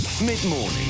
Mid-morning